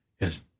Yes